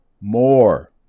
more